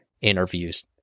interviews